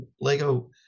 Lego